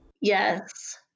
Yes